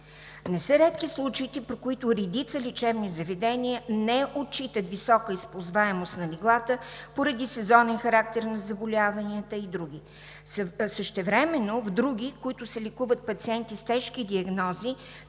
Не са редки случаите, при които редица лечебни заведения не отчитат висока използваемост на леглата поради сезонния характер на заболяванията и други. Същевременно в други, в които се лекуват пациенти с тежки диагнози,